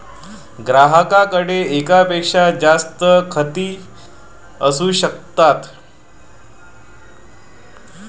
ग्राहकाकडे एकापेक्षा जास्त खाती असू शकतात